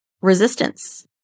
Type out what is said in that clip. resistance